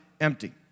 empty